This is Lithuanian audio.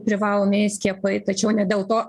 privalomieji skiepai tačiau ne dėl to